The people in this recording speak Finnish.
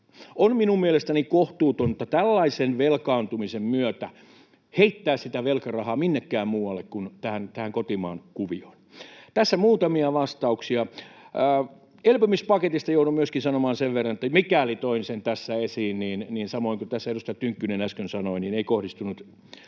mielestäni kohtuutonta tällaisen velkaantumisen myötä heittää sitä velkarahaa minnekään muualle kuin tähän kotimaan kuvioon. Tässä muutamia vastauksia. Myöskin elpymispaketista joudun sanomaan sen verran, mikäli toin sen tässä esiin — samoin kuin tässä edustaja Tynkkynen äsken sanoi — että ei kohdistunut